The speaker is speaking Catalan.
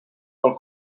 del